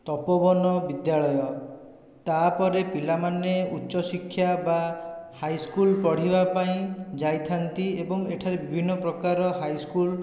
ତପୋବନ ବିଦ୍ୟାଳୟ ତାପରେ ପିଲାମାନେ ଉଚ୍ଚଶିକ୍ଷା ବା ହାଇସ୍କୁଲ୍ ପଢ଼ିବା ପାଇଁ ଯାଇଥାନ୍ତି ଏବଂ ଏଠାରେ ବିଭିନ୍ନ ପ୍ରକାର ହାଇସ୍କୁଲ୍